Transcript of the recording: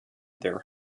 their